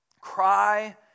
cry